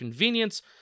convenience